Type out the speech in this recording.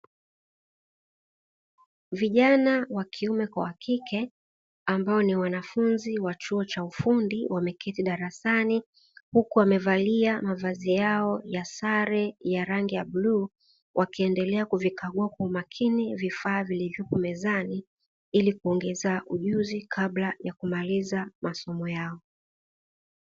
Vijana wa kiume kwa wakike ambao ni wanafunzi wa chuo cha ufundi wameketi darasani huku wamevalia mavazi yao ya sare ya rangi ya bluu, wakiendelea kuvikagua kwa umakini vifaa vilivyoko mezani Ili kuongeza ujuzi kabla ya kumaliza masomo yao .